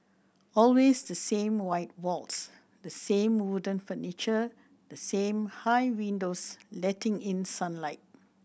always the same white walls the same wooden furniture the same high windows letting in sunlight